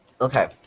Okay